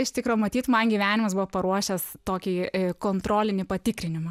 iš tikro matyt man gyvenimas buvo paruošęs tokį ė kontrolinį patikrinimą